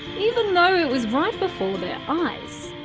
even though it was right before their eyes.